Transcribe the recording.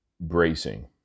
bracing